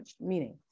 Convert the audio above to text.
meaning